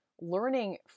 learning